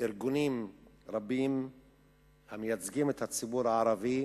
ארגונים רבים המייצגים את הציבור הערבי,